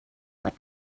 but